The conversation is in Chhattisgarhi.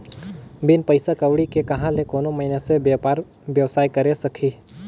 बिन पइसा कउड़ी के कहां ले कोनो मइनसे बयपार बेवसाय करे सकही